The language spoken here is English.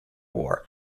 war